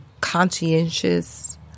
conscientious